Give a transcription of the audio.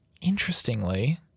Interestingly